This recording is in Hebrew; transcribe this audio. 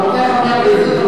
הרבה יותר מאחד.